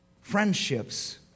friendships